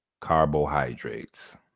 carbohydrates